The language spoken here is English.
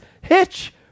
hitch